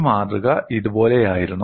ഈ മാതൃക ഇതുപോലെയായിരുന്നു